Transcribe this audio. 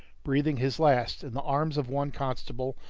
breathing his last in the arms of one constable,